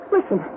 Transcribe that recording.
Listen